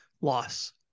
loss